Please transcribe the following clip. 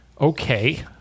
Okay